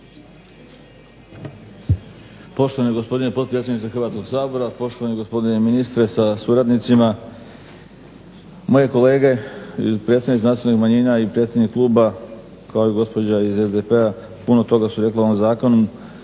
Poštovani gospodine potpredsjedniče Hrvatskog sabora, poštovani gospodine ministre sa suradnicima. Moje kolege, predstavnici nacionalnih manjina i predsjednik kluba kao i gospođa iz SDP-a puno toga su rekla o ovom Zakonu.